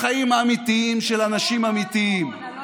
בחיים האמיתיים של אנשים אמיתיים,